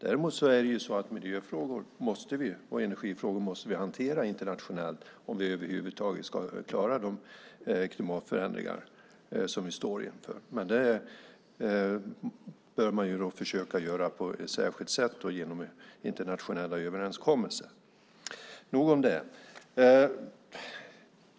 Däremot är det så att vi måste hantera miljöfrågor och energifrågor internationellt om vi över huvud taget ska klara de klimatförändringar som vi står inför. Men det bör man försöka göra på ett särskilt sätt och genom internationella överenskommelser. Men nog om det!